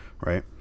right